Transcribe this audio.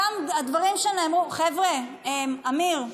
חבר'ה, אמיר.